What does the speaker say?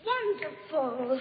Wonderful